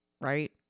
right